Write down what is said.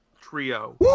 trio